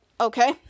okay